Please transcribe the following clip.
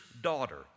daughter